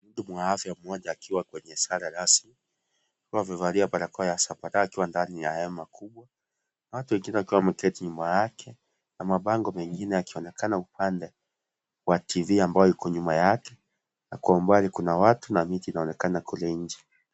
Mhudumu wa afya mmoja akiwa kwenye sare rasmi, akiwa amevalia barakoa ya zambarau akiwa ndani ya hema kubwa, watu wengine wakiwa wameketi nyuma yake, na mabango mengine yakionekana upande wa tv ambayo iko nyuma yake, na kwa umbali kuna watu na miti inaonekana kule nje.